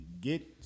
get